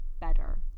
better